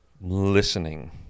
listening